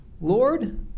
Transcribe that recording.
Lord